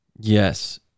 yes